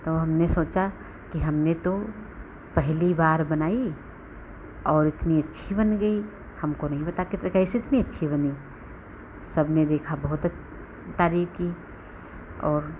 तो हमने सोचा कि हमने तो पहली बार बनाई और इतनी अच्छी बन गई हमको नहीं पता कैसे इतनी अच्छी बनी सबने देखा बहुत तारीफ़ की और